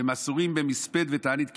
והן אסורין במספד ותענית,